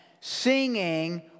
Singing